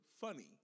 funny